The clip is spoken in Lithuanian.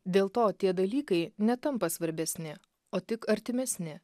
dėl to tie dalykai netampa svarbesni o tik artimesni